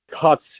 cuts